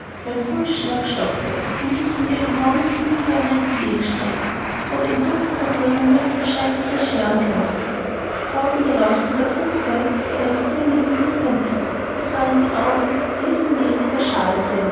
pulsschlag stockte wenn sich mir enorme fühlhörner in den weg streckten oder im dunkel der höhlungen erschreckliche scheeren klafften tausende leuchtender punkte glänzten inmitten des dunkels es waren die augen riesenmäßiger